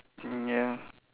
mm ya